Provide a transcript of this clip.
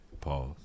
Pause